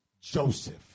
Joseph